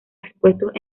expuestos